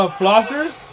flossers